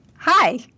Hi